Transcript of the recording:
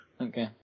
Okay